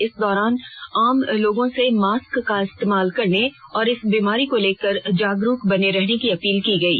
इस दौरान आम लोगों से मास्क का इस्तेमाल करने और इस बीमारी को लेकर जागरूक बने रहने की अपील की गयी